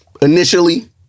initially